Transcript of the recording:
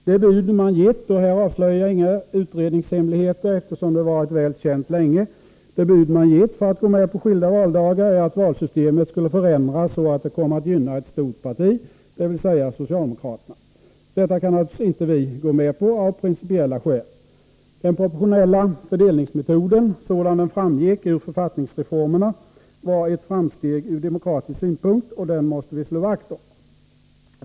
Det bud man gett — och här avslöjar jag inga utredningshemligheter, eftersom det varit väl känt länge — för att gå med på skilda valdagar är att valsystemet skulle förändras så att det kom att gynna ett stort parti, dvs. socialdemokraterna. Detta kan vi naturligtvis inte gå med på av principiella skäl. Den proportionella fördelningsmetoden, sådan den framgick ur författningsreformerna, var ett framsteg ur demokratisk synpunkt, och den måste vi slå vakt om.